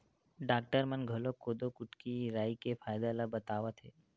doctor मन घलोक कोदो, कुटकी, राई के फायदा ल बतावत हे